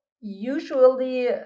usually